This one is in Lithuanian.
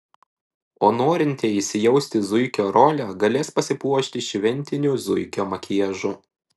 o norintieji įsijausti į zuikio rolę galės pasipuošti šventiniu zuikio makiažu